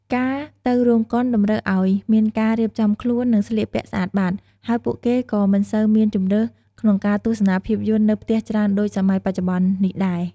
ការទៅរោងកុនតម្រូវឲ្យមានការរៀបចំខ្លួន និងស្លៀកពាក់ស្អាតបាត ហើយពួកគេក៏មិនសូវមានជម្រើសក្នុងការទស្សនាភាពយន្តនៅផ្ទះច្រើនដូចសម័យបច្ចុប្បន្ននេះដែរ។